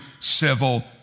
civil